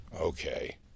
Okay